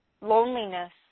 loneliness